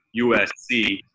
USC